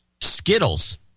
Skittles